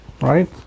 right